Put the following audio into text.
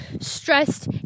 stressed